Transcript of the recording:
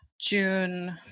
June